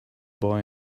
boy